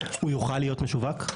הוא יוכל להיות משווק?